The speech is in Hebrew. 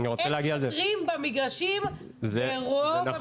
אין שוטרים במגרשים ברוב המשחקים.